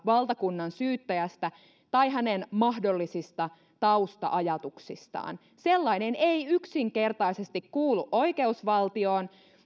valtakunnansyyttäjästä tai hänen mahdollisista tausta ajatuksistaan sellainen ei yksinkertaisesti kuulu oikeusvaltioon